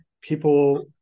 people